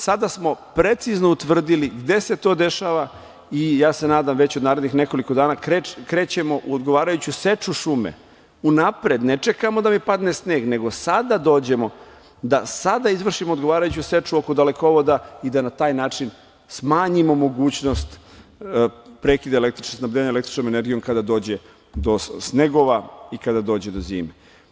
Sada smo precizno utvrdili gde se to dešava i ja se nadam već od narednih nekoliko dana krećemo u odgovarajuću seču šume, unapred, ne čekamo da mi padne sneg, nego sada dođemo da sada izvršimo odgovarajuću seču oko dalekovoda i da taj način smanjimo mogućnost prekida snabdevanja električnom energijom kada dođe do snegova i kada dođe do zime.